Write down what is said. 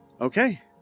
okay